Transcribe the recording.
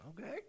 Okay